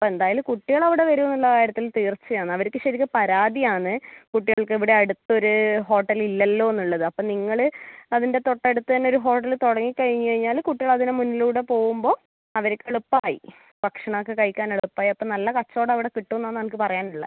എന്തായാലും കുട്ടികൾ അവിടെ വരും എന്നുള്ള കാര്യത്തിൽ തീർച്ച ആണ് അവർക്ക് ശരിക്ക് പരാതി ആണ് കുട്ടികൾക്ക് ഇവിടെ അടുത്ത് ഒരു ഹോട്ടല് ഇല്ലല്ലോ എന്നുള്ളത് അപ്പോൾ നിങ്ങൾ അതിൻ്റെ തൊട്ടടുത്ത് തന്നെ ഒരു ഹോട്ടൽ തുടങ്ങി കഴിഞ്ഞ് കഴിഞ്ഞാൽ കുട്ടികൾ അതിന് മുന്നിലൂടെ പോവുമ്പോൾ അവർക്ക് എളുപ്പമായി ഭക്ഷണമൊക്കെ കഴിക്കാൻ എളുപ്പമായി അപ്പോൾ നല്ല കച്ചവടം അവിടെ കിട്ടും എന്നാണ് എനിക്ക് പറയാനുള്ളത്